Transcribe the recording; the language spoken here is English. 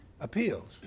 appeals